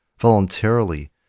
voluntarily